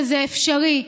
וזה אפשרי,